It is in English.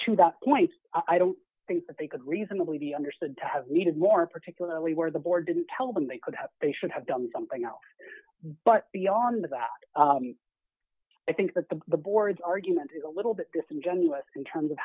to the point i don't think that they could reasonably be understood to have needed more particularly where the board didn't tell them they could have they should have done something else but beyond that i think that the the board's argument is a little bit disingenuous in terms of